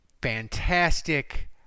Fantastic